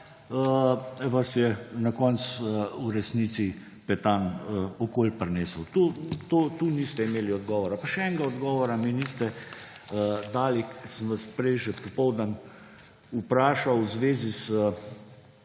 vas je na koncu v resnici Petan okoli prinesel. To tu niste imeli odgovora. Pa še enega odgovora mi niste dali. Sem vas prej, še popoldan, vprašal v zvezi s